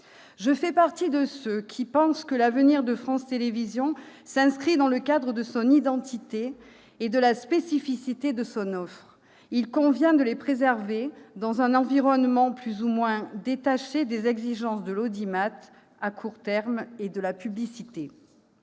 Je fais partie de ceux qui pensent que l'avenir de France Télévisions s'inscrit dans le cadre de son identité et de la spécificité de son offre. Il convient de les préserver dans un environnement plus ou moins détaché des exigences de l'audimat à court terme et de la publicité.